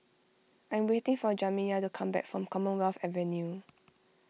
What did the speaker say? I am waiting for Jamiya to come back from Commonwealth Avenue